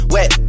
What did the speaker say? Wet